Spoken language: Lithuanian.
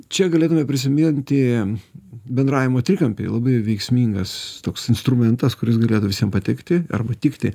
čia galėtume prisiminti bendravimo trikampį labai veiksmingas toks instrumentas kuris galėtų visiem patikti arba tikti